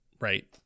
Right